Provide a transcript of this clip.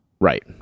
right